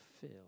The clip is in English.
fill